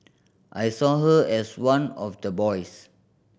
I saw her as one of the boys